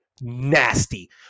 nasty